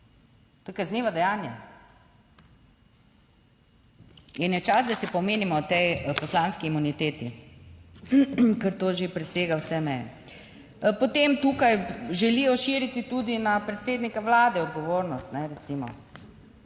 To je kaznivo dejanje. In je čas, da se pomenimo o tej poslanski imuniteti, ker to že presega vse meje. Potem tukaj želijo širiti tudi na predsednika Vlade odgovornost, recimo,